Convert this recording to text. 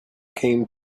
came